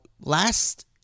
last